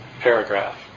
paragraph